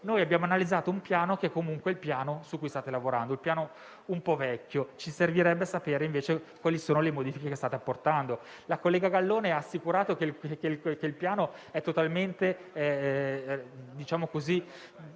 noi abbiamo analizzato un documento che comunque è il Piano su cui state lavorando, un piano un po' vecchio. Ci servirebbe sapere invece quali sono le modifiche che state apportando. La collega Gallone ha assicurato che il Piano è totalmente rivoluzionato;